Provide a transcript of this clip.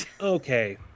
okay